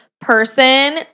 person